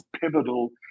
pivotal